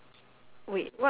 okay is it